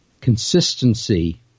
consistency